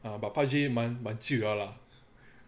ah but pub G 蛮蛮旧的 lah